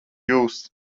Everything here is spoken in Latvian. jūs